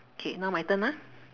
K now my turn ah